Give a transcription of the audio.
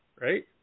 right